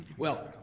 well,